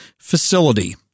facility